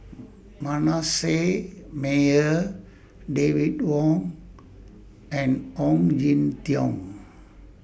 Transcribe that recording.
Manasseh Meyer David Wong and Ong Jin Teong